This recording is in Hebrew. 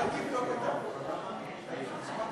האם התפטרותך סופית?